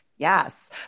Yes